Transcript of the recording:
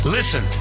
Listen